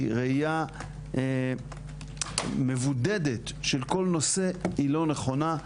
כי ראייה מבודדת של כל נושא היא לא נכונה,